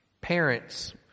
Parents